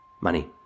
money